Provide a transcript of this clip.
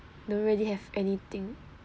don't really have anything